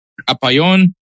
Apayon